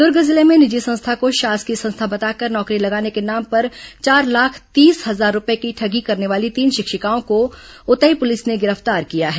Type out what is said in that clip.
दूर्ग जिले में निजी संस्था को शासकीय संस्था बताकर नौकरी लगाने के नाम पर चार लाख तीस हजार रूपये की ठगी करने वाली तीन शिक्षिकाओं को उतई पुलिस ने गिरफ्तार किया है